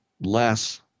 less